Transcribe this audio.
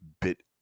bit